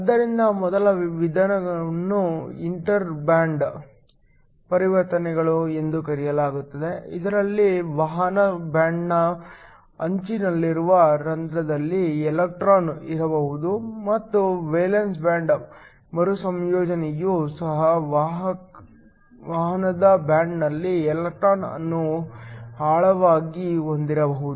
ಆದ್ದರಿಂದ ಮೊದಲ ವಿಧವನ್ನು ಇಂಟರ್ ಬ್ಯಾಂಡ್ ಪರಿವರ್ತನೆಗಳು ಎಂದು ಕರೆಯಲಾಗುತ್ತದೆ ಇದರಲ್ಲಿ ವಾಹನ ಬ್ಯಾಂಡ್ನ ಅಂಚಿನಲ್ಲಿರುವ ಹೋಲ್ ದಲ್ಲಿ ಎಲೆಕ್ಟ್ರಾನ್ ಇರಬಹುದು ಮತ್ತು ವೇಲೆನ್ಸ್ ಬ್ಯಾಂಡ್ ಮರುಸಂಯೋಜನೆಯು ಸಹ ವಾಹನದ ಬ್ಯಾಂಡ್ನಲ್ಲಿ ಎಲೆಕ್ಟ್ರಾನ್ ಅನ್ನು ಆಳವಾಗಿ ಹೊಂದಿರಬಹುದು